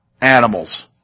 animals